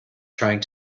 trying